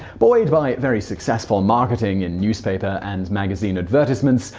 buoyed by very successful marketing in newspaper and magazine advertisements,